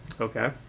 Okay